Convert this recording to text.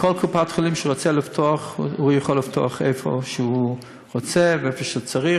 כל קופת-חולים יכולה לפתוח איפה שהיא רוצה ואיפה שצריך.